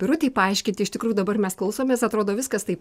birutei paaiškinti iš tikrųjų dabar mes klausomės atrodo viskas taip